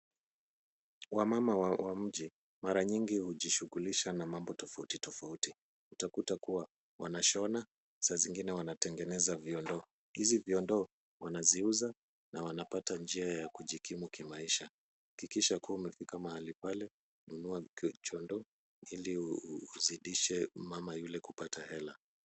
Wamama wa mji mara mingi hujishughulisha na mambo tofauti tofauti. Utakuta kuwa wanashona, saa zingine wanatengeneza vyondo . Hizi vyondo wanaziuza na wanapata njia ya kujikimu kimaisha. Hakikisha kuwa umefika mahali pale, nunua chiondo ili uzidishe mama yule kupata hela.